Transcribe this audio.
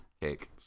cake